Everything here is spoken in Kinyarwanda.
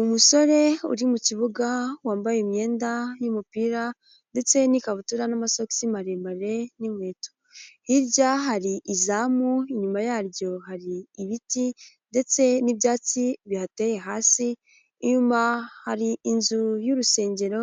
Umusore uri mu kibuga wambaye imyenda y'umupira ndetse n'ikabutura n'amasosi maremare n'inkweto, hirya hari izamu, inyuma yaryo hari ibiti ndetse n'ibyatsi bihateye hasi, inyuma hari inzu y'urusengero